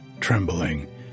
trembling